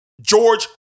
George